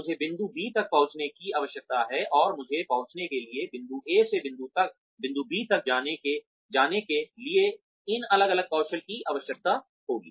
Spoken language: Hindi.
तो मुझे बिंदु B तक पहुंचने की आवश्यकता है और मुझे पहुंचने के लिए बिंदु A से बिंदु B तक जाने के लिए इन अलग अलग कौशल की आवश्यकता है